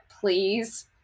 please